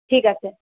ঠিক আছে